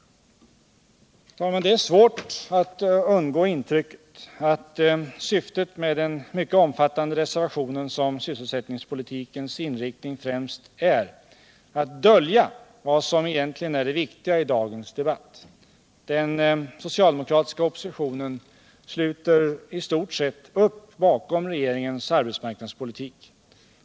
Det är svårt att undgå intrycket att syftet med den mycket omfattande reservationen om sysselsättningspolitikens inriktning främst är att dölja vad som egentligen är det viktiga i dagens debatt. Den socialdemokratiska oppositionen sluter i stort sett upp bakom regeringens arbetsmarknadspolitik.